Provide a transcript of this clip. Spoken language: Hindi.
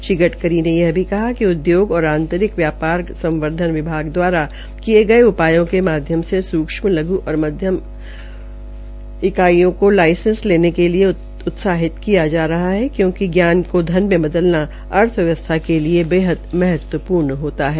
श्री गड़करी ने यह भी कहा कि उदयोग और आंतरिक व्यापार संवर्धन विभाग दवारा किये गये उपायों के माध्यम से सूक्ष्म लघ् और माध्यम इकाईयों को लाइसेंस लेने के लिए उत्साहित किया जा रहा है क्योंकि ज्ञान का धन में बदलना अर्थव्यवस्था के लिए बेहद महत्वपूर्ण है